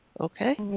Okay